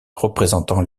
représentant